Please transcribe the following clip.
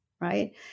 right